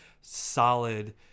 solid